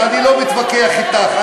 אני לא מתווכח אתך.